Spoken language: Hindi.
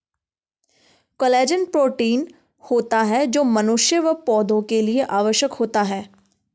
कोलेजन प्रोटीन होता है जो मनुष्य व पौधा के लिए आवश्यक होता है